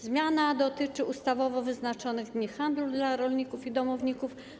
Zmiana dotyczy ustawowo wyznaczonych dni handlu dla rolników i ich domowników.